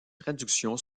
traduction